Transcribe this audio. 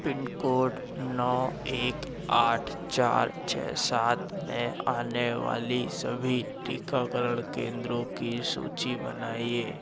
pin code नौ एक आठ चार छः सात मे आने वाली सभी टीकाकरण केंद्रों की सूची बनाइए